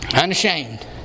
unashamed